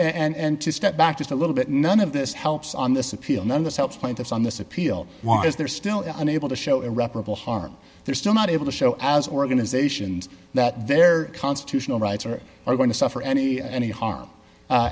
point and to step back just a little bit none of this helps on this appeal none of us helps plaintiffs on this appeal why is there still unable to show irreparable harm they're still not able to show as organisations that their constitutional rights are going to suffer any any harm